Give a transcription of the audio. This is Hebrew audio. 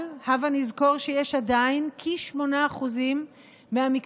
אבל הבה נזכור שיש עדיין כ-8% מהמקצועות